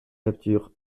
capture